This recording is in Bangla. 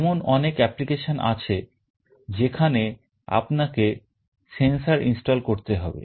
এমন অনেক application আছে যেখানে আপনাকে sensor install করতে হবে